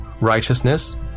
righteousness